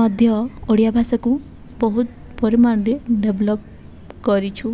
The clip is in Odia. ମଧ୍ୟ ଓଡ଼ିଆ ଭାଷାକୁ ବହୁତ ପରିମାଣରେ ଡେଭଲପ୍ କରିଛୁ